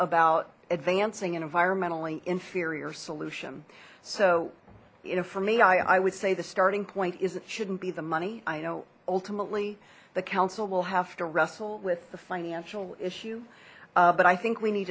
about advancing and environmentally inferior solution so you know for me i i would say the starting point is it shouldn't be the money i know ultimately the council will have to wrestle with the financial issue but i think we need